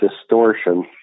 distortion